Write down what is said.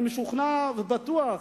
אני משוכנע ובטוח,